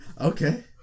Okay